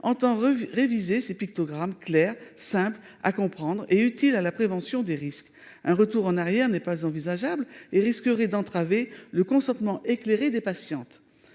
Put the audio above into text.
en revue réviser ces pictogrammes clair simple à comprendre et utiles à la prévention des risques. Un retour en arrière n'est pas envisageable et risquerait d'entraver le consentement éclairé des patientes.